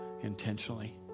Intentionally